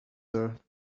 her